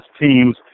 teams